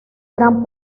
gran